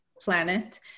planet